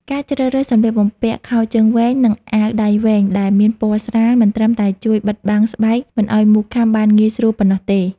ការជ្រើសរើសសម្លៀកបំពាក់ខោជើងវែង និងអាវដៃវែងដែលមានពណ៌ស្រាល មិនត្រឹមតែជួយបិទបាំងស្បែកមិនឱ្យមូសខាំបានងាយស្រួលប៉ុណ្ណោះទេ។